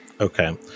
Okay